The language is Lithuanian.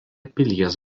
pilies